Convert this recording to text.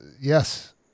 Yes